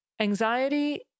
Anxiety